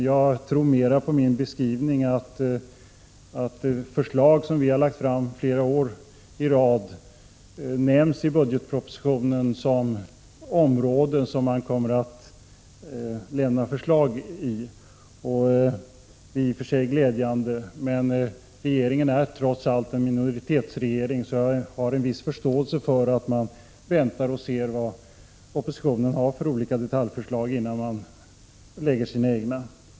Jag tror mera på min beskrivning: Förslag som vi har lagt fram flera år i rad nämns i budgetpropositionen som områden där man kommer att lämna förslag. Det är i och för sig glädjande, men regeringen är trots allt en minoritetsregering, och jag har en viss förståelse för att man väntar och ser vad oppositionen har för olika detaljförslag innan man lägger fram sina egna.